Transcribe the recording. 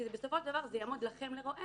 כי בסופו של דבר זה יעמוד לכם לרועץ,